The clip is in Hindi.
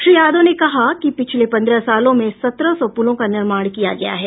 श्री यादव ने कहा कि पिछले पंद्रह सालों में सत्रह सौ पुलों का निर्माण किया गया है